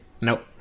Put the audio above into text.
nope